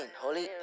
holy